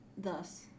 thus